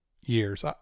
years